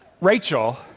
Rachel